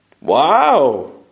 Wow